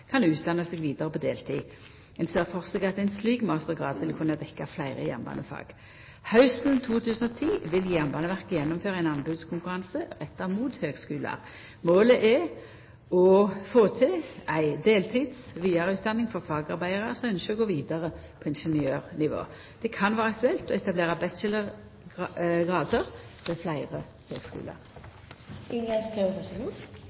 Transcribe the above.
kan utdanna seg vidare på deltid. Ein ser for seg at ein slik mastergrad vil kunna dekkja fleire jernbanefag. Hausten 2010 vil Jernbaneverket gjennomføra ein anbodskonkurranse retta mot høgskular. Målet er å få til ei deltids vidareutdanning for fagarbeidarar som ynskjer å gå vidare på ingeniørnivå. Det kan vera aktuelt å etablera bachelorgrader ved fleire høgskular.